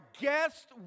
guest